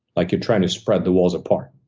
like you're trying to spread the walls apart.